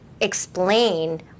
explain